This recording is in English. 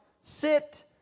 sit